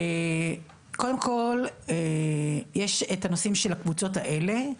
קודם כל יש את הנושאים של הקבוצות האלה,